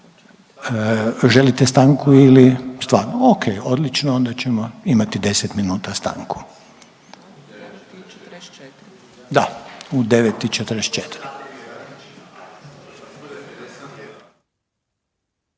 Želite stanku ili? O.k. odlično. Onda ćemo imati 10 minuta stanku. Da u 9,44.